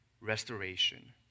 restoration